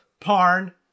Parn